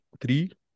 three